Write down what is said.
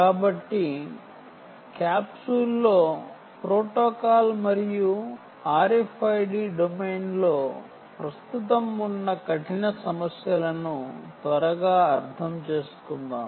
కాబట్టి క్యాప్సూల్లో ప్రోటోకాల్ మరియు RFID డొమైన్ లో ప్రస్తుతం ఉన్న కఠిన సమస్యలను త్వరగా అర్థం చేసుకుందాం